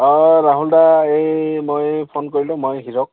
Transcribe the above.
অঁ ৰাহুল দা এই মই ফোন কৰিলোঁ মই হিৰক